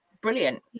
brilliant